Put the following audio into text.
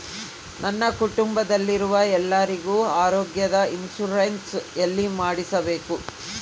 ನನ್ನ ಕುಟುಂಬದಲ್ಲಿರುವ ಎಲ್ಲರಿಗೂ ಆರೋಗ್ಯದ ಇನ್ಶೂರೆನ್ಸ್ ಎಲ್ಲಿ ಮಾಡಿಸಬೇಕು?